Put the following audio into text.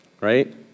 right